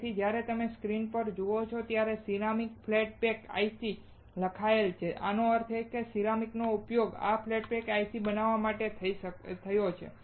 તેથી જ્યારે તમે સ્ક્રીન જુઓ છો ત્યારે તે સિરામિક ફ્લેટ પેક IC લખાયેલ છે આનો અર્થ એ કે સિરામિકનો ઉપયોગ આ ફ્લેટ પેક ICને બનાવવા માટે થાય છે